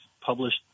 published